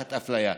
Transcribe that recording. תחת אפליה.